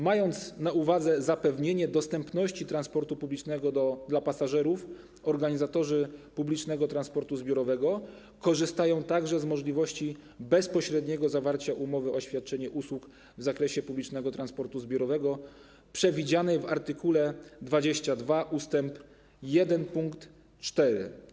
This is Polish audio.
Mając na uwadze zapewnienie dostępności transportu publicznego dla pasażerów, organizatorzy publicznego transportu zbiorowego korzystają także z możliwości bezpośredniego zawarcia umowy o świadczenie usług w zakresie publicznego transportu zbiorowego przewidzianej w art. 22 ust. 1 pkt 4.